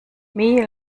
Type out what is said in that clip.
wie